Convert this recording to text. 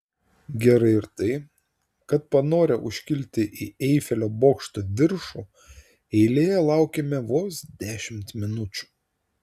gerai ir tai kad panorę užkilti į eifelio bokšto viršų eilėje laukėme vos dešimt minučių